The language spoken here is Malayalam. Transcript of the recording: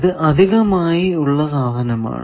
ഇത് അധികമായി ഉള്ള സാധനമാണ്